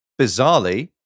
bizarrely